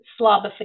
slobification